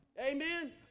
Amen